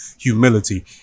humility